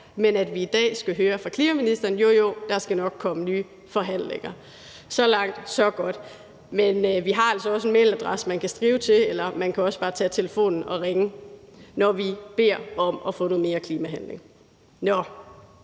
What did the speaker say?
men i dag skal vi høre fra klimaministeren, at jo, jo, der skal nok komme nye forhandlinger. Så langt, så godt, men vi har altså også en mailadresse, man kan skrive til, og man kan også bare tage telefonen og ringe, når vi beder om at få noget mere klimahandling.